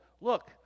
look